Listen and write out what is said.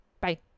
Bye